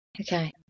Okay